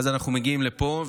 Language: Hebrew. ואז אנחנו מגיעים לפה,